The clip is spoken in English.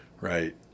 Right